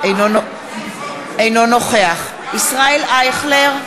אינו נוכח ישראל אייכלר,